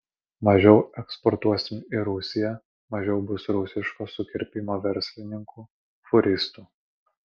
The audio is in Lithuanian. mažiau eksportuosim į rusiją mažiau bus rusiško sukirpimo verslininkų fūristų